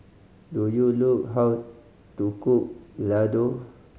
do you know how to cook Ladoo